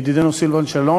ידידנו סילבן שלום,